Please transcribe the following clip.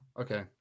okay